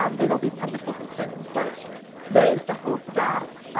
um there's all these technical concerns. but there is the hope that